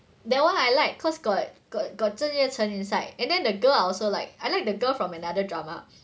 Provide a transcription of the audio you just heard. that one I like cause got got got 郑业成 inside and then the girl I also like I like the girl from another drama